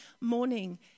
morning